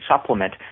supplement